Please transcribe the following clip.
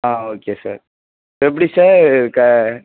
ஆ okay sir எப்படி sir இது க